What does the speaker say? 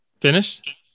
Finished